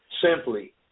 Simply